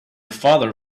father